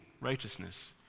righteousness